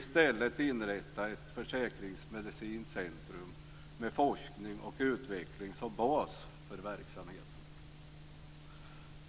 I stället vill man inrätta ett försäkringsmedicinskt centrum med forskning och utveckling som bas för verksamheten.